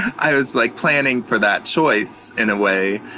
i was like planning for that choice in a way.